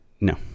no